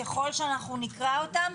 ככל שאנחנו נקרא אותם.